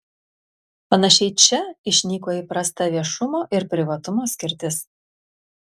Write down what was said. panašiai čia išnyko įprasta viešumo ir privatumo skirtis